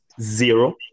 zero